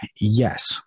yes